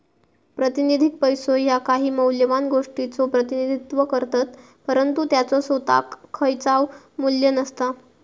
प्रातिनिधिक पैसो ह्या काही मौल्यवान गोष्टीचो प्रतिनिधित्व करतत, परंतु त्याचो सोताक खयचाव मू्ल्य नसता